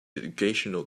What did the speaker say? educational